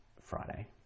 Friday